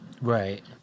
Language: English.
Right